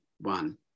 one